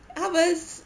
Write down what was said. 他们是